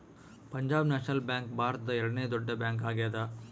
Punjab national bank ಭಾರತದ ಎರಡನೆ ದೊಡ್ಡ ಬ್ಯಾಂಕ್ ಆಗ್ಯಾದ